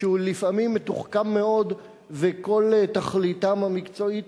שהוא לפעמים מתוחכם מאוד וכל תכליתו המקצועית